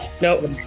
No